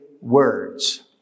words